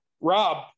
Rob